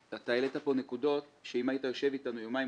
אתה העלית פה נקודות שאם הייתי יושב איתנו יומיים